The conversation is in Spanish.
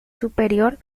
superior